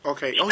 Okay